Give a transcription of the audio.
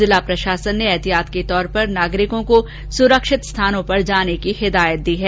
जिला प्रशासन ने एहतियात के तौर पर नागरिकों को सुरक्षित स्थानों पर जाने की हिदायत दी है